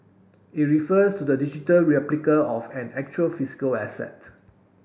it refers to the digital replica of an actual physical asset